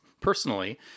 personally